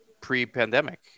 pre-pandemic